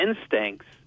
instincts